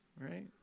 Right